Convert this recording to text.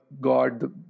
God